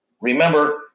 Remember